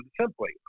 simply